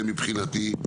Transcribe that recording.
מבחינתי.